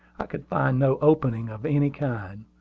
i could find no opening of any kind.